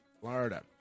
Florida